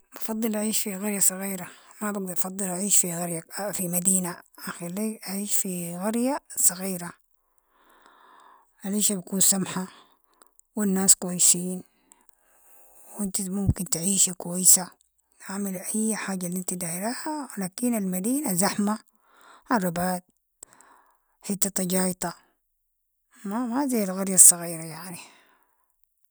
بفضل أعيش في قرية صغيرة، ما بقدر بفضل أعيش في قرية في مدينة، اخير لي أعيش في قرية صغيرة، ألعيشه بتكون سمحة و الناس كويسين و انتي ممكن تعيشي كويسة، اعملي أي حاجة الانتي دايراها، لكن المدينة زحمة، عربات، حتتا جايطة، ما ما زي القرية الصغيرة يعني.